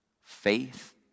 faith